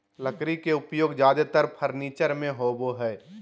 लकड़ी के उपयोग ज्यादेतर फर्नीचर में होबो हइ